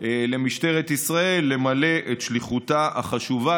למשטרת ישראל למלא את שליחותה החשובה.